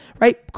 Right